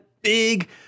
big